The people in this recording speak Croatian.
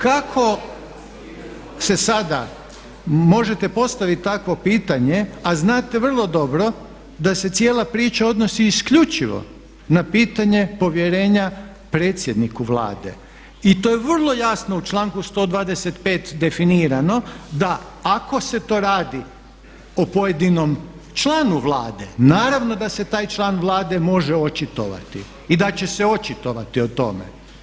Kako se sada možete postavit takvo pitanje a znate vrlo dobro da se cijela priča odnosi isključivo na pitanje povjerenja predsjedniku Vlade i to je vrlo jasno u članku 125. definirano, da ako se to radi o pojedinom članu Vlade naravno da se taj član Vlade može očitovati i da će se očitovati o tome.